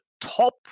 top